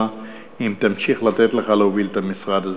אם תמשיך לתת לך להוביל את המשרד הזה.